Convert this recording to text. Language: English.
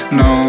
no